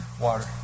water